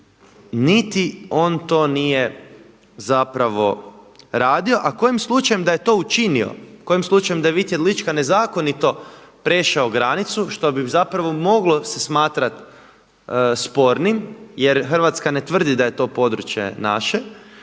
niti on to nije radio. A kojim slučajem da je to učinio, kojim slučajem da Vid Jedlička nezakonito prešao granicu što bi zapravo moglo se smatrat spornim jer Hrvatska ne tvrdi da je to područje naše.